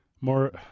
More